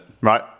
Right